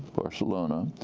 barcelona,